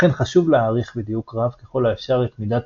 לכן חשוב להעריך בדיוק רב ככל האפשר את מידת